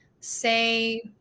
say